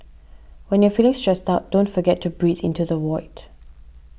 when you are feeling stressed out don't forget to breathe into the void